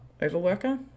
Overworker